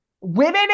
women